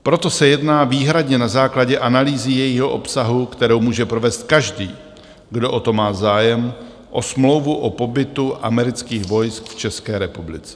Proto se jedná výhradně na základě analýzy jejího obsahu, kterou může provést každý, kdo o to má zájem, o smlouvu o pobytu amerických vojsk v České republice.